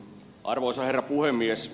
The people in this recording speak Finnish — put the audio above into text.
arvoisa herra puhemies